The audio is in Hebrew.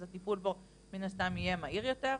אז הטיפול בו מן הסתם יהיה מהיר יותר,